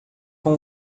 com